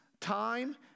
time